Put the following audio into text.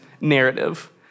narrative